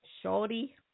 Shorty